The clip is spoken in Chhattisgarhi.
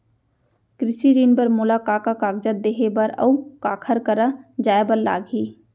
कृषि ऋण बर मोला का का कागजात देहे बर, अऊ काखर करा जाए बर लागही?